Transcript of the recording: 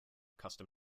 custom